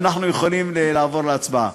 ואנחנו יכולים לעבור להצבעה.